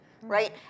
right